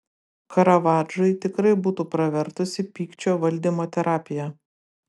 karavadžui tikrai būtų pravertusi pykčio valdymo terapija